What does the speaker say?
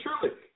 surely